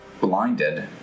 blinded